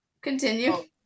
Continue